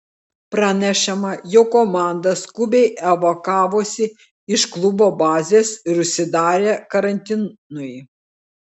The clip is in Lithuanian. pranešama jog komanda skubiai evakavosi iš klubo bazės ir užsidarė karantinui